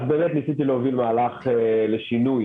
ניסיתי להוביל מהלך לשינוי